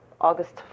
August